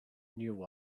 new